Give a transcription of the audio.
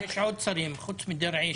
אמרתי שיש עוד שרים חוץ מדרעי.